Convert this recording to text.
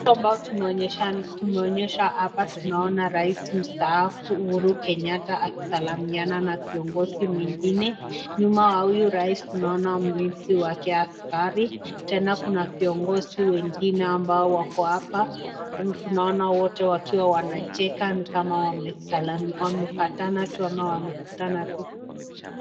Hapa tumeonyeshwa, hapa tunaona Rais mstaafu Uhuru Kenyatta akisalamiana na kiongozi mwingine, nyuma wa huyu Rais tunamwona mlinzi wake askari Tena Kuna viongozi wengine ambao wako hapa, tunaona wote wanacheka wakiwa wamesalamiana wamepatana tu a< wamekutana tu.